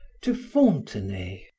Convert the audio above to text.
to fontenay.